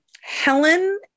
Helen